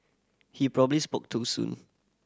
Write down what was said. he probably spoke too soon